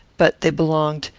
but they belonged,